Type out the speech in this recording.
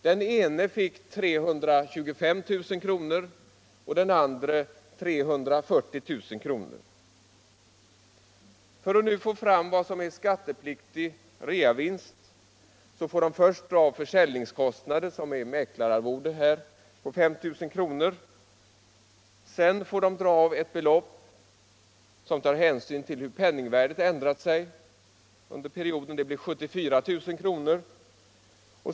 Den ene fick 325 000 kr. och den andre 340 000. För att få fram vad som är skattepliktig reavinst får de först dra av försäljningskostnaden, som i detta fall är mäklararvoden på 5 000 kr. Sedan får de dra av ett belopp som tar hänsyn till hur penningvärdet ändrat sig under perioden, och det blir 74 000 kr.